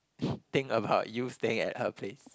think about you staying at her place